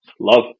Love